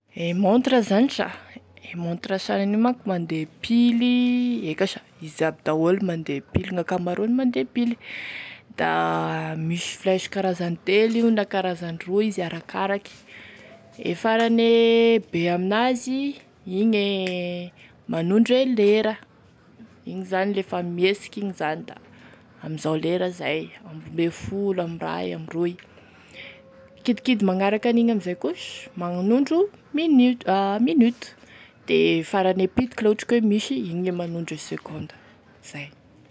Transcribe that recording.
E montre zany sa e montre sanany io manko mandeha pily eka sha izy aby daoly mandeha pile gn'ankamaroany mande pily da misy flèche karazany telo io na misy karazany roy io arakaraky: e farane be amin'azy igne manondro e lera igny zany lefa mihesiky igny da amizao lera zay amin'ny roa ambe folo, amiray, amiroy, kidikidy magnaraky an'igny amin'izay koa da manondro minitra a minute de farane pitiky la ohatry ka hoe misy igny e manondro e seconde, zay.